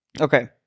okay